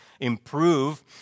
improve